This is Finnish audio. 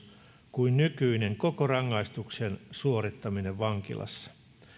kuin nykyinen koko rangaistuksen suorittaminen vankilassa